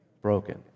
broken